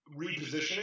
repositioning